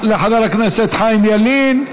תודה לחבר הכנסת חיים ילין.